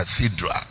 Cathedral